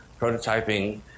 prototyping